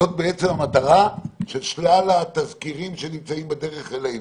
זו המטרה של שלל התזכירים שנמצאים בדרך אלינו.